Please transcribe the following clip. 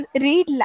read